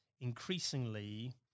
increasingly